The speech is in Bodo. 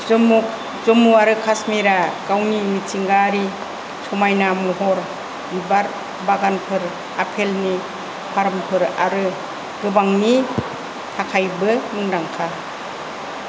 जम्मु जम्मु आरो काश्मीरआ गावनि मिथिंगायारि समायना महर बिबार बागानफोर आफेलनि फार्मफोर आरो गोबांनि थाखायबो मुंदांखा